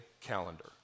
calendar